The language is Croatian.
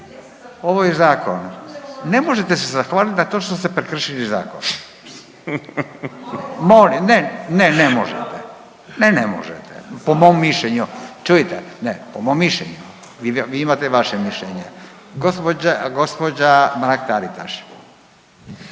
se ne razumije./… Ne možete se zahvalit na to što ste prekršili zakon. Ne, ne možete po mom mišljenju. Čujte, po mom mišljenju, vi imate vaše mišljenje. Gospođa Mrak Taritaš.